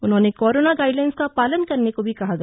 उन्हें corona guidelines का पालन करने को भी कहा गया